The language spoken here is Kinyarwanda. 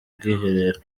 ubwiherero